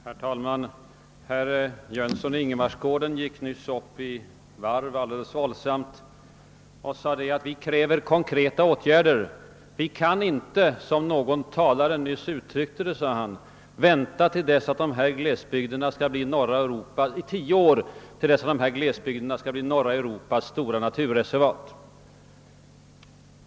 Herr talman! Herr Jönsson i Ingemarsgården gick nyss våldsamt upp i varv och krävde konkreta åtgärder. Vi kan inte, sade han, som någon talare nyss uttryckte det, vänta i tio år till dess att glesbygderna blir norra Europas stora naturreservat.